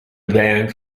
band